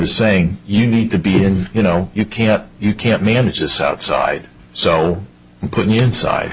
is saying you need to be in you know you can't you can't manage this outside so put you inside